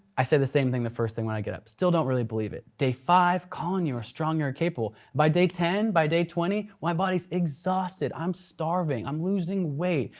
i say the same thing the first thing when i get up. still don't really believe it. day five, colin you are strong, you are capable. by day ten, by day twenty, my body's exhausted, i'm starving, i'm losing weight,